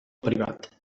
privat